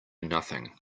nothing